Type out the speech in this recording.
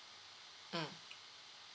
mm